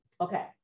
Okay